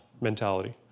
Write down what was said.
mentality